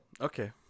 Okay